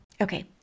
okay